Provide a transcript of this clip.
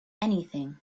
anything